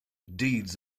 deeds